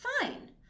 Fine